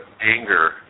anger